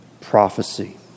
prophecy